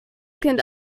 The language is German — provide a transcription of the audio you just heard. kind